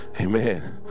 Amen